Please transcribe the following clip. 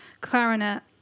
clarinet